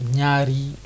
Nyari